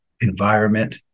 environment